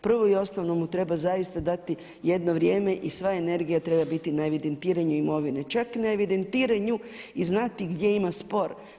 Prvo i osnovno mu treba zaista dati jedno vrijeme i sva energija treba biti na evidentiranju imovine, čak na evidentiranju i znati gdje ima spor.